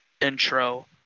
intro